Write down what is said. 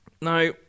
Now